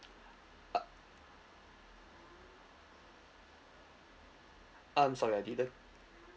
uh um sorry I didn't